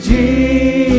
Jesus